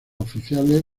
oficiales